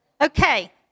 Okay